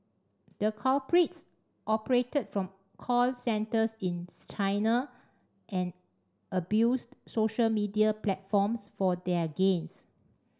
the culprits operated from call centres in China and abused social media platforms for their gains